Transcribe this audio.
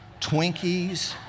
Twinkies